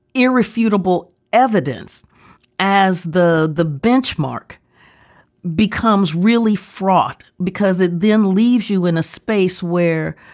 irrefutable evidence as the the benchmark becomes really fraught because it then leaves you in a space where